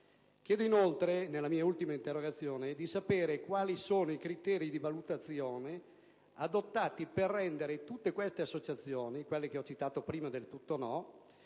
Chiedo, inoltre, nella mia ultima interrogazione, di sapere quali sono i criteri di valutazione adottati per rendere tutte queste associazioni - quelle che ho citato prima e le altre -